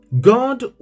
God